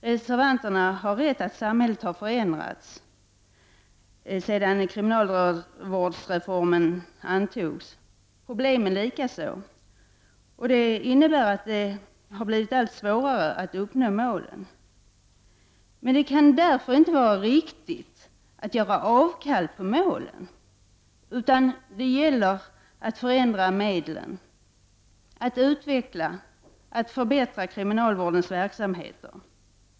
Reservanterna har rätt i att samhället har förändrats sedan kriminalvårdsreformen antogs. Problemen har förändrats likaså. Det innebär att det blir allt svårare att uppnå målen. Men det kan därför inte vara riktigt att göra avkall på målen, utan det gäller att förändra medlen, att utveckla och förbättra kriminalvårdens verksamheter.